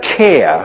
care